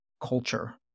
culture